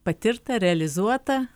patirta realizuota